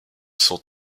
sont